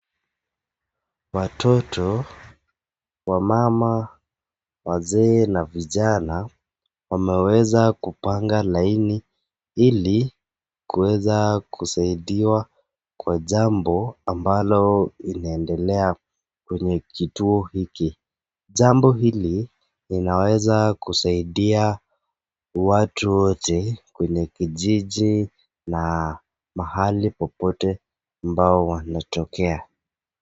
Watoto, wamama, wazee na vijana wameweza kupanga laini ili kuweza kusaidiwa kwa jambo ambalo linaendelea kwa kituo hiki. Jambo hili linaweza kusaidia watu wote kwenye kijiji na mahali popote ambao wanatokea.